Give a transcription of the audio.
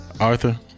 Arthur